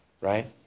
right